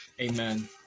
amen